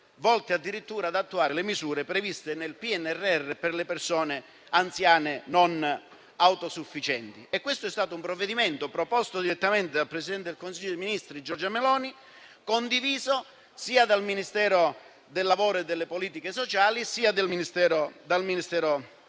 volte addirittura ad attuare le misure previste nel PNRR per le persone anziane non autosufficienti. Questo provvedimento è stato proposto direttamente dal presidente del Consiglio dei ministri Giorgia Meloni, condiviso sia dal Ministero del lavoro e delle politiche sociali, sia dal Ministero